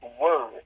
word